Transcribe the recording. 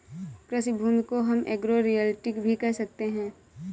कृषि भूमि को हम एग्रो रियल्टी भी कह सकते है